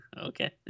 Okay